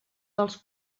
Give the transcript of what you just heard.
dels